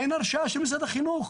אין הרשאה של משרד החינוך.